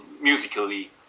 musically